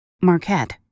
Marquette